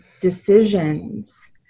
decisions